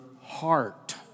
heart